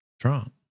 Trump